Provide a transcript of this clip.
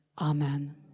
Amen